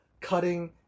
cutting